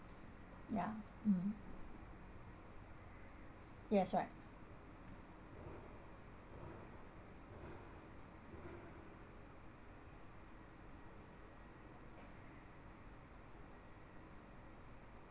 yeah mm yes right